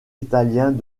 italiens